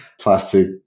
plastic